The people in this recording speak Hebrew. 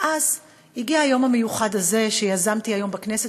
ואז הגיע היום המיוחד הזה שיזמתי היום בכנסת,